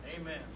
Amen